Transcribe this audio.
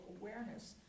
awareness